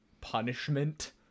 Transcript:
punishment